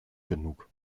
genug